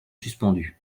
suspendus